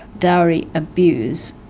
dowry abuse